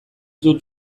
dut